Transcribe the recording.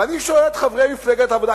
ואני שואל את חברי מפלגת העבודה,